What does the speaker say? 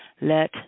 let